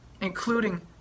including